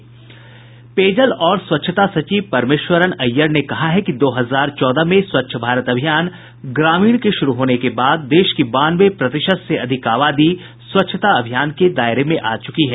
पेयजल और स्वच्छता सचिव परमेश्वरन अय्यर ने कहा है कि दो हजार चौदह में स्वच्छ भारत अभियान ग्रामीण के शुरू होने के बाद देश की बानवे प्रतिशत से अधिक आबादी स्वच्छता अभियान के दायरे में आ चुकी है